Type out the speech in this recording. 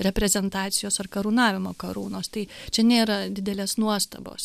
reprezentacijos ar karūnavimo karūnos tai čia nėra didelės nuostabos